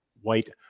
white